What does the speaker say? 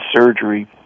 surgery